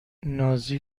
نازی